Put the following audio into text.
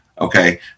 Okay